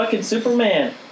Superman